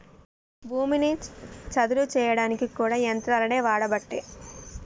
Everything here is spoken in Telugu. భూమిని చదును చేయడానికి కూడా యంత్రాలనే వాడబట్టే